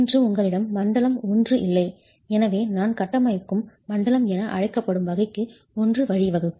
இன்று உங்களிடம் மண்டலம் I இல்லை எனவே நான் கட்டமைக்கும் மண்டலம் என அழைக்கப்படும் வகைக்கு I வழிவகுக்கும்